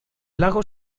lago